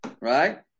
right